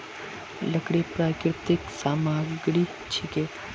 लकड़ी प्राकृतिक सामग्री छिके